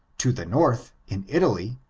to the north, in italy,